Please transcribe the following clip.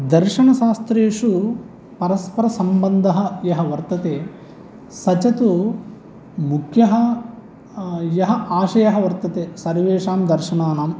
दर्शनशास्त्रेषु परस्परसम्बन्धः यः वर्तते स च तु मुख्यः यः आशयः वर्तते सर्वेषां दर्शनानां